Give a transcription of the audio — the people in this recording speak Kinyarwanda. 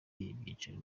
ibyicaro